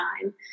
time